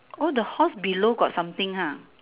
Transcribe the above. oh the horse below got something ha